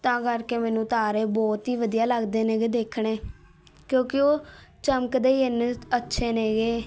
ਤਾਂ ਕਰਕੇ ਮੈਨੂੰ ਤਾਰੇ ਬਹੁਤ ਹੀ ਵਧੀਆ ਲੱਗਦੇ ਨੇਗੇ ਦੇਖਣੇ ਕਿਉਂਕਿ ਉਹ ਚਮਕਦੇ ਹੀ ਇੰਨੇ ਅੱਛੇ ਨੇ ਗੇ